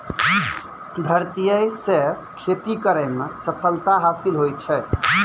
धरतीये से खेती करै मे सफलता हासिल होलो छै